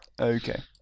Okay